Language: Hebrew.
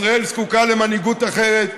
ישראל זקוקה למנהיגות אחרת,